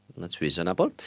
and that's reasonable.